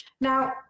Now